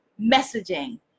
messaging